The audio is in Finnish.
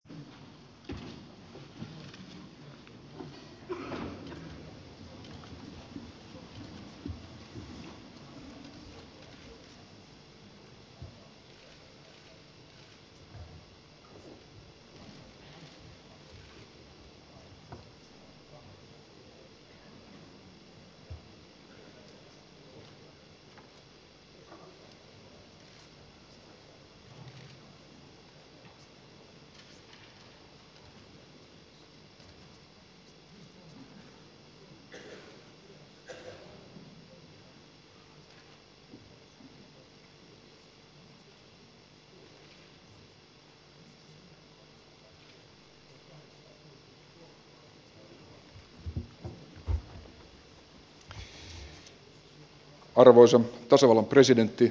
pyydän paikalla presidentti